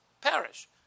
perish